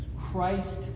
Christ